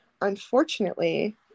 Unfortunately